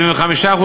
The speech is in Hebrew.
75%,